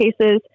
cases